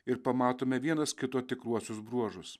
ir pamatome vienas kito tikruosius bruožus